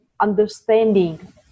understanding